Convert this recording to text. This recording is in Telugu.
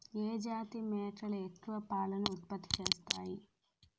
ఏ జాతి మేకలు ఎక్కువ పాలను ఉత్పత్తి చేస్తాయి?